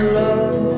love